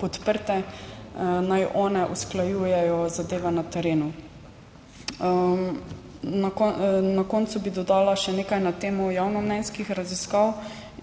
podprte, naj one usklajujejo zadeve na terenu. Na koncu bi dodala še nekaj na temo javnomnenjskih raziskav,